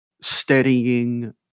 studying